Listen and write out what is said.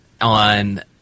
on